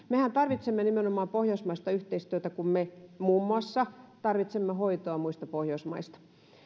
mehän tarvitsemme nimenomaan pohjoismaista yhteistyötä kun me tarvitsemme muun muassa hoitoa muista pohjoismaista